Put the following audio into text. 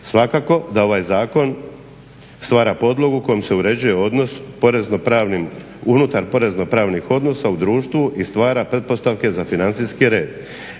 Svakako da ovaj Zakon stvara podlogu kojom se uređuje odnos unutar porezno-pravnih odnosa u društvu i stvara pretpostavke za financijski red.